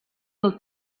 del